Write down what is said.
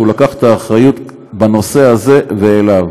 שהוא לקח את האחריות בנושא הזה אליו.